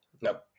no